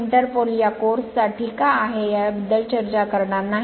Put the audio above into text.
inter pole या कोर्स साठी का आहे याबद्दल चर्चा करणार नाही